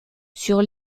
sur